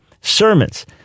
sermons